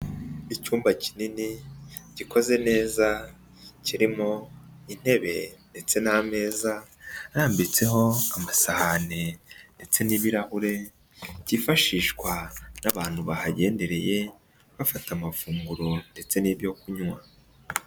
Icyumba kinini, gikoze neza, kirimo intebe ndetse n'ameza arambitseho amasahane, ndetse n'ibirahure, byifashishwa n'abantu bahagendereye bafata amafunguro ndetse n'ibyo kunywa.